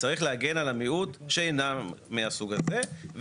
צריך להגן על המיעוט שאינם מהסוג הזה.